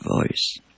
voice